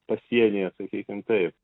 pasienyje sakykim taip